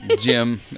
Jim